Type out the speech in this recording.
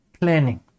planning